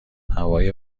هوای